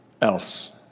else